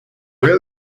were